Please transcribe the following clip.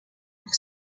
pour